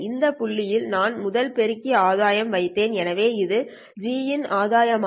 இந்த புள்ளியில் நான் முதல் பெருக்கி ஆதாயம் வைத்தேன் எனவே இது G இன் ஆதாயம் ஆகும்